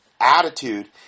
attitude